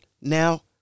Now